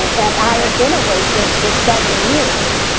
and i had been a waitress for seven years.